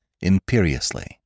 imperiously